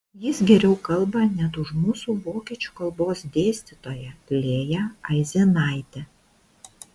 jis geriau kalba net už mūsų vokiečių kalbos dėstytoją lėją aizenaitę